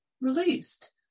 released